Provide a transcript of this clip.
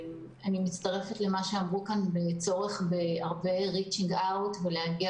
אני מצטרפת למה שנאמר כאן על הצורך הרב ב- reaching out ולהגיע